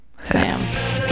Sam